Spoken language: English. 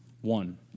One